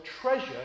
treasure